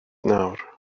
nawr